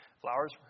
flowers